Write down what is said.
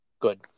Good